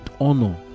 honor